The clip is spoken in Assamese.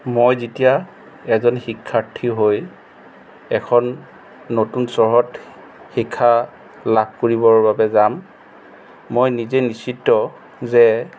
মই যেতিয়া এজন শিক্ষাৰ্থী হৈ এখন নতুন চহৰত শিক্ষা লাভ কৰিবৰ বাবে যাম মই নিজেই নিশ্চিত যে